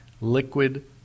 liquid